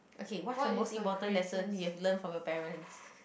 okay what's the most important lesson you have learnt from your parents